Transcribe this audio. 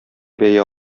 бәя